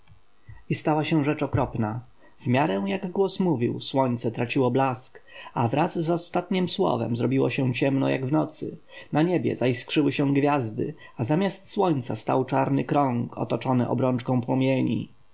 stała się rzecz okropna w miarę jak głos mówił słońce traciło blask a wraz z ostatniem słowem zrobiło się ciemno jak w nocy na niebie zaiskrzyły się gwiazdy a zamiast słońca stał czarny krąg otoczony obrączką płomieni